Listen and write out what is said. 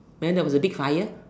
and then there was a big fire